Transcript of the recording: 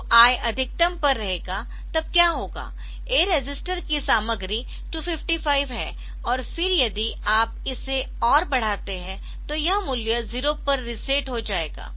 तो I अधिकतम पर रहेगा तब क्या होगा A रजिस्टर की सामग्री 255 है और फिर यदि आप इसे और बढ़ाते है तो यह मूल्य 0 पर रीसेट हो जाएगा